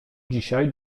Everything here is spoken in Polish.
dzisiaj